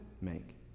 make